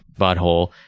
Butthole